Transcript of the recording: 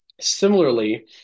Similarly